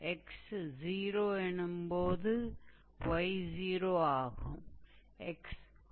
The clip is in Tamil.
𝑥 0 என்னும் போது 𝑦 0 ஆகும்